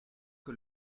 que